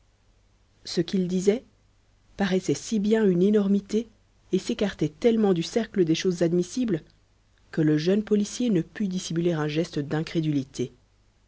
ce qu'il disait paraissait si bien une énormité et s'écartait tellement du cercle des choses admissibles que le jeune policier ne put dissimuler un geste d'incrédulité